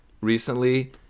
recently